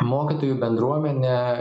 mokytojų bendruomenė